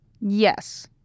Yes